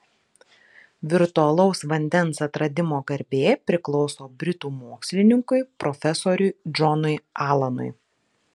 virtualaus vandens atradimo garbė priklauso britų mokslininkui profesoriui džonui alanui